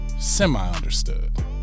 semi-understood